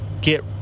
get